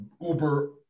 uber